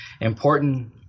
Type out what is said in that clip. important